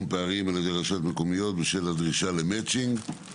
פערים ע"י רשויות מקומיות בשל הדרישה למצ'ינג,